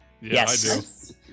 Yes